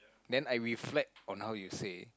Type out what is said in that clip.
then I reflect on how you say